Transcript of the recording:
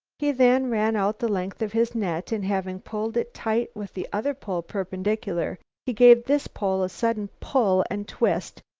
he then ran out the length of his net and, having pulled it tight, with the other pole perpendicular, he gave this pole a sudden pull and twist,